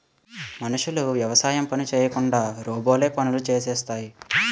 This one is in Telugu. మనుషులు యవసాయం పని చేయకుండా రోబోలే పనులు చేసేస్తాయి